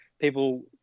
people